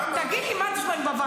לא מרשים לימנים.